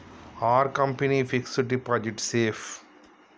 Are company fixed deposit safe?